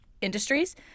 industries